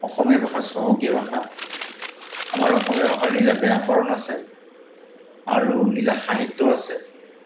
অসমীয়া ভাষা চহকী ভাষা আমাৰ অসমীয়া ভাষাৰ নিজা ব্যাকৰণ আছে আৰু নিজা সাহিত্য আছে